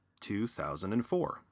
2004